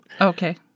Okay